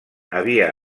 havia